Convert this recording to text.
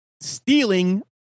stealing